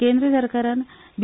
केंद्र सरकारान बी